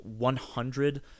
100